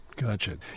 Gotcha